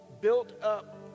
built-up